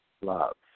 love